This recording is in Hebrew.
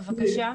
בבקשה.